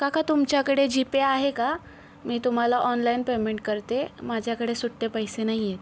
काका तुमच्याकडे G Pay आहे का मी तुम्हाला ऑनलाईन पेमेंट करते माझ्याकडे सुट्टे पैसे नाही आहे